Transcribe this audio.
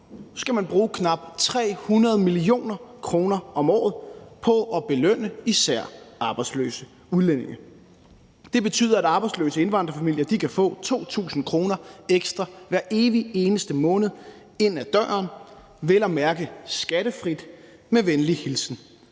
skal man bruge knap 300 mio. kr. om året på at belønne især arbejdsløse udlændinge. Det betyder, at arbejdsløse indvandrerfamilier kan få 2.000 kr. ekstra hver evig eneste måned ind ad døren – vel at mærke skattefrit – med venlig hilsen